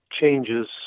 changes